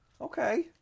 okay